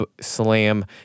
Slam